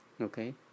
Okay